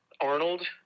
Arnold